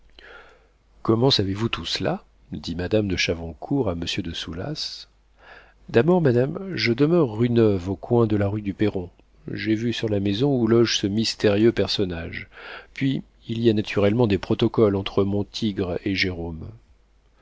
comment savez-vous tout cela dit madame de chavoncourt à monsieur de soulas d'abord madame je demeure rue neuve au coin de la rue du perron j'ai vue sur la maison où loge ce mystérieux personnage puis il y a mutuellement des protocoles entre mon tigre et jérôme